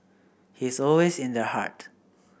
he's always in the heart